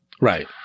Right